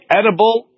edible